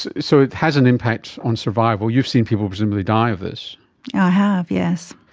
so it has an impact on survival. you've seen people presumably die of this. i have, yes.